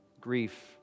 grief